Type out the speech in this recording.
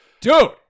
dude